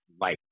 life